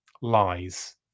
Lies